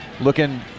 looking